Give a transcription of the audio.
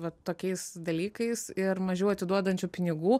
va tokiais dalykais ir mažiau atiduodančių pinigų